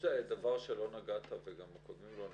יש דבר שלא נגעת וגם הקודמים לא נגעו.